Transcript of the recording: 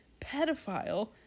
pedophile